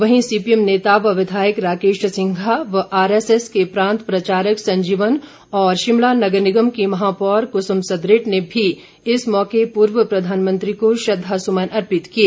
वहीं सीपीएम नेता व विधायक राकेश सिंघा व आरएसएस के प्रांत प्रचारक संजीवन और शिमला नगर निगम की महापौर कुसुम सदरेट ने भी इस मौके पर पूर्व प्रधानमंत्री को श्रद्वासुमन अर्पित किए